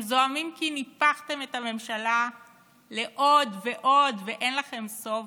הם זועמים כי ניפחתם את הממשלה עוד ועוד ואין לכם שובע,